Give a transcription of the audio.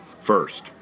First